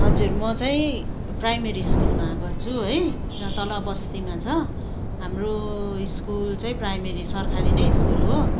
हजुर म चाहिँ प्राइमेरी स्कुलमा गर्छु है र तल बस्तीमा छ हाम्रो स्कुल चाहिँ प्राइमेरी सरकारी नै स्कुल हो